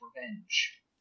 revenge